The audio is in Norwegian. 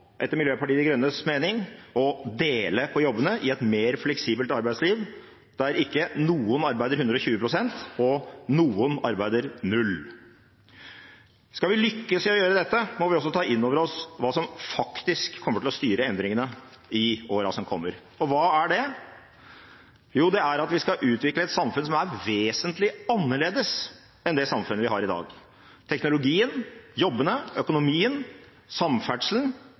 etter Miljøpartiet De Grønnes mening, å dele på jobbene i et mer fleksibelt arbeidsliv der ikke noen arbeider 120 pst. og noen arbeider 0 pst. Skal vi lykkes med å gjøre dette, må vi også ta inn over oss hva som faktisk kommer til å styre endringene i årene som kommer. Og hva er det? Jo, det er at vi skal utvikle et samfunn som er vesentlig annerledes enn det samfunnet vi har i dag. Teknologien, jobbene, økonomien, samferdselen